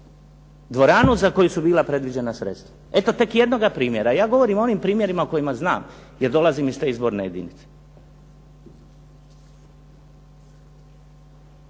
dvoranu za koju su bila predviđena sredstva. Eto tek jednog primjera. Ja govorim o onim primjerima o kojima znam jer dolazim iz te izborne jedinice.